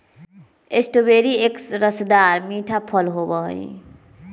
strawberry एक रसदार मीठा फल होबा हई